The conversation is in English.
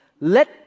let